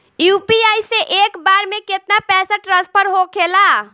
UPI से एक बार मे केतना पैसा ट्रस्फर होखे ला?